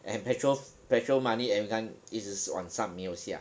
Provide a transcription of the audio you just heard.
and petrol petrol money every time 一直往上没有下